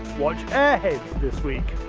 watch airheads this week.